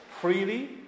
freely